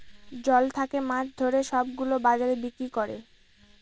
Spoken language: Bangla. জল থাকে মাছ ধরে সব গুলো বাজারে বিক্রি করে